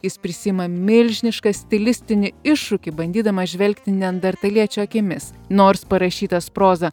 jis prisiima milžinišką stilistinį iššūkį bandydamas žvelgti neandertaliečių akimis nors parašytas proza